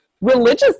religious